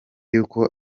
yuko